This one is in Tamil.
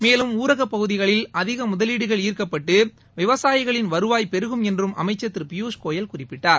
மேலும் ஊரக பகுதிகளில் அதிக முதலீடுகள் ஈர்க்கப்பட்டு விவசாயிகளின் வருவாய் பெருகும் என்றும் அமைச்சர் திரு பியூஷ்கோயல் குறிப்பிட்டார்